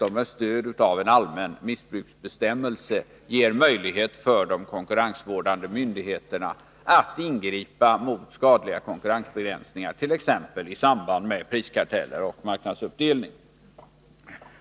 Med stöd av en allmän missbruksbestämmelse har de konkurrensvårdande myndigheterna möjlighet att ingripa mot skadliga konkurrensbegränsningar, t.ex. i samband med priskarteller och marknadsuppdelning.